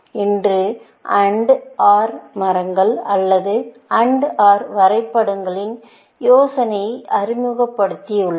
இன்று AND OR மரங்கள் அல்லது AND OR வரைபடங்களின் யோசனையை அறிமுகப்படுத்தியுள்ளோம்